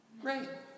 Great